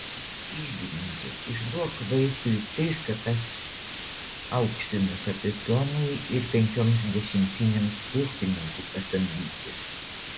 iždininke išduok vaitui tris kapas auksinų kapitonui ir penkioms dešimtinėms pėstininkų pasamdyti